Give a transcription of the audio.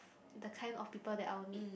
the kind of people that I will need